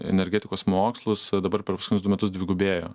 energetikos mokslus dabar per paskutinius du metus dvigubėjo